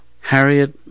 Harriet